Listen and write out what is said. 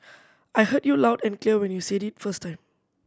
I heard you loud and clear when you said it first time